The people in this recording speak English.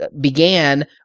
began